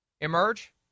emerge